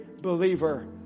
believer